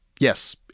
Yes